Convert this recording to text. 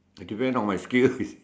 it depend on my skill you see